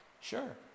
Sure